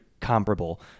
comparable